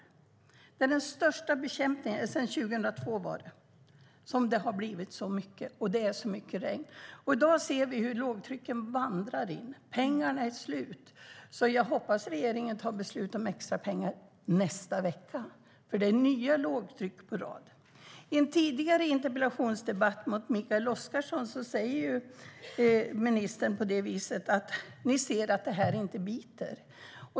Det är den största bekämpningen sedan 2002. Det är så mycket regn. I dag ser vi hur lågtrycken vandrar in. Men pengarna är slut. Jag hoppas att regeringen tar beslut om extra pengar nästa vecka, för det är nya lågtryck på rad. I en tidigare interpellationsdebatt med Mikael Oscarsson sa ministern att man ser att det inte biter.